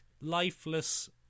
lifeless